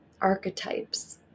archetypes